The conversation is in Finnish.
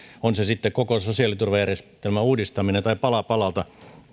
on se sitten koko sosiaaliturvajärjestelmän uudistaminen tai pala palalta